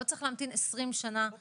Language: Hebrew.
לא צריך להמתין 20 שנה, ממש לא.